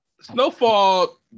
Snowfall